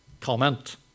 comment